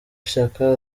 shyaka